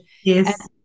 Yes